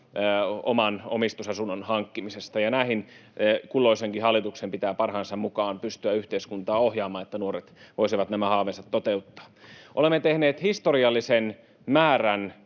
oman omistusasunnon hankkimisesta, ja kulloisenkin hallituksen pitää parhaansa mukaan pystyä yhteiskuntaa ohjaamaan niin, että nuoret voisivat nämä haaveensa toteuttaa. Olemme tehneet historiallisen määrän